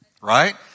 Right